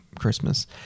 Christmas